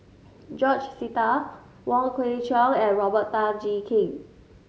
George Sita Wong Kwei Cheong and Robert Tan Jee Keng